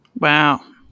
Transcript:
Wow